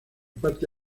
parte